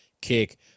kick